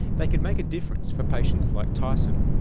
they could make a difference for patients like tyson,